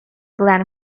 glen